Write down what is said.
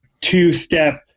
two-step